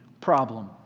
problem